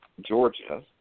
Georgia